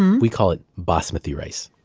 we call it basmati rice